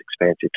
expensive